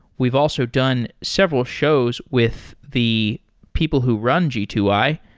we've also done several shows with the people who run g two i,